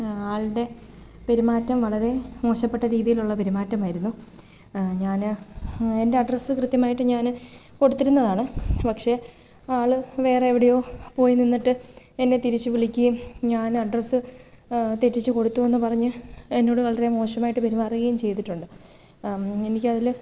ആളുടെ പെരുമാറ്റം വളരെ മോശപ്പെട്ട രീതിയിലുള്ള പെരുമാറ്റമായിരുന്നു ഞാൻ എൻറ്റഡ്രസ്സ് കൃത്യമായിട്ട് ഞാൻ കൊടുത്തിരുന്നതാണ് പക്ഷെ ആൾ വേറെവിടെയോ പോയി നിന്നിട്ട് എന്നെ തിരിച്ചു വിളിക്കുകയും ഞാനഡ്രസ്സ് തെറ്റിച്ചു കൊടുത്തുവെന്നു പറഞ്ഞ് എന്നോട് വളരെ മോശമായിട്ട് പെരുമാറുകയും ചെയ്തിട്ടുണ്ട് എനിക്കതിൽ